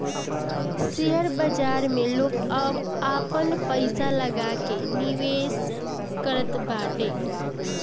share बाजार में लोग आपन पईसा लगा के निवेश करत बाटे